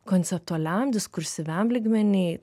konceptualiam diskursyviam lygmeny